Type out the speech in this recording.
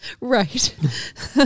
Right